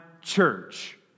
church